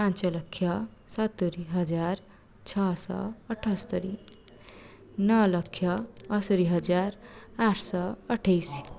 ପାଞ୍ଚଲକ୍ଷ ସତୁରିହଜାର ଛଅଶହ ଅଠସ୍ତରି ନଅଲକ୍ଷ ଅଶି ହଜାର ଆଠଶହ ଅଠାଇଶ